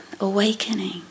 awakening